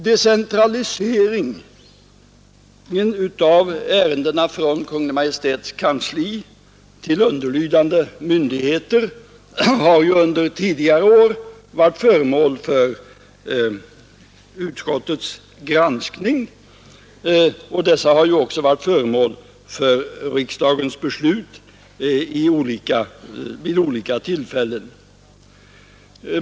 Decentralisering av ärenden från Kungl. Maj:ts kansli till underlydande myndigheter har under tidigare år varit föremål för utskottets granskning, och denna sak har också vid olika tillfällen varit föremål för riksdagsbeslut.